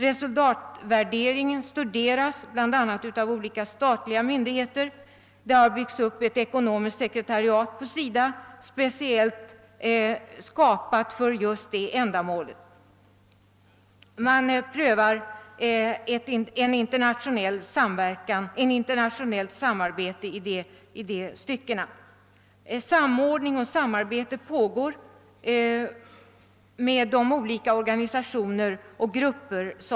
Resultatvärderingen studeras bl.a. av olika statliga myndigheter. Det har byggts upp ett ekonomiskt sekretariat inom SIDA speciellt för det ändamålet. Man prövar ett internationellt samarbete i de styckena. Samordning och samarbete pågår med olika organisationer och grupper.